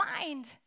mind